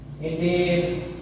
indeed